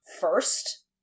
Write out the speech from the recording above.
first